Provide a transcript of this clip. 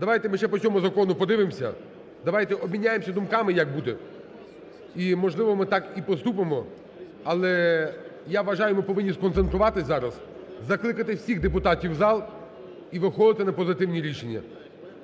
Давайте ми ще по цьому закону подивимося, давайте обміняємося думками, як буде. І, можливо, ми так і поступимо. Але я вважаю, ми повинні сконцентруватись зараз, закликати всіх депутатів в зал і виходити на позитивні рішення.